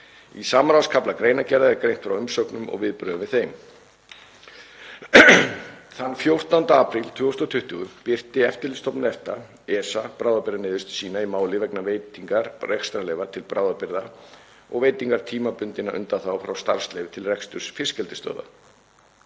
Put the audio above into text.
Í samráðskafla greinargerðar er greint frá umsögnum og viðbrögðum við þeim. Þann 14. apríl 2020 birti Eftirlitsstofnun EFTA (ESA) bráðabirgðaniðurstöðu sína í máli vegna veitingar rekstrarleyfa til bráðabirgða og veitingar tímabundinna undanþága frá starfsleyfi til reksturs fiskeldisstöðva.